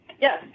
Yes